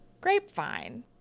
Grapevine